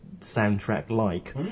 soundtrack-like